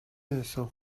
دونستم